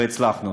והצלחנו.